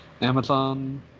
Amazon